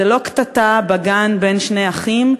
זו לא קטטה בגן בין שני אחים,